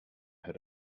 had